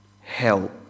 help